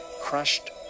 crushed